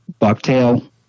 bucktail